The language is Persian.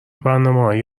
برنامههای